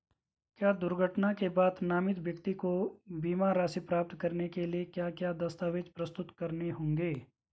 क्या दुर्घटना के बाद नामित व्यक्ति को बीमा राशि प्राप्त करने के लिए क्या क्या दस्तावेज़ प्रस्तुत करने होंगे?